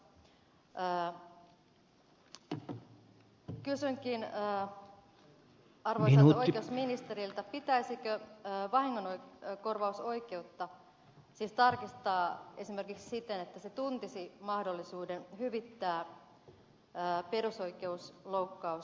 kysynkin arvoisalta oikeusministeriltä pitäisikö vahingonkorvausoikeutta siis tarkistaa esimerkiksi siten että se tuntisi mahdollisuuden hyvittää perusoikeusloukkaustilanteessa nykyistä paremmin